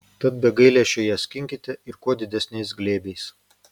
tad be gailesčio ją skinkite ir kuo didesniais glėbiais